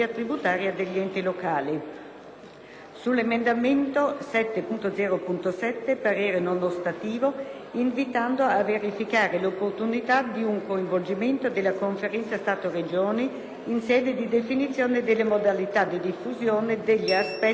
sull'emendamento 7.0.7 parere non ostativo, invitando a verificare l'opportunità di un coinvolgimento della Conferenza Stato-Regioni in sede di definizione delle modalità di diffusione degli aspetti contenutistici